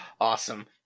Awesome